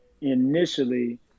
initially